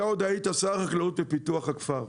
אתה עוד היית שר החקלאות ופיתוח הכפר.